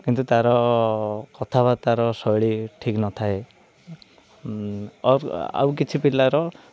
କିନ୍ତୁ ତା'ର କଥାବାର୍ତ୍ତାର ଶୈଳୀ ଠିକ୍ ନଥାଏ ଆଉ କିଛି ପିଲାର